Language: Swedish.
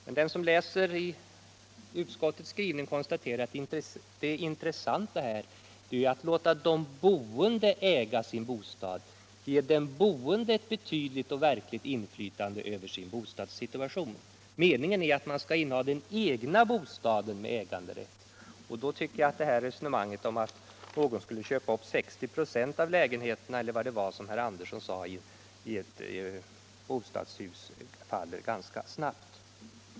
Men den som läser utskottets skrivning konstaterar att det intressanta här är att låta de boende äga sin bostad, att ge de boende ett betydande och verkligt inflytande över sin bostadssituation. Meningen är att man skall inneha den egna bostaden med äganderätt. Då tycker jag att det här resonemanget om att någon skulle köpa upp 60 946 av lägenheterna — eller vad det var som herr Andersson i Södertälje sade — i ett bostadshus, faller ganska snabbt.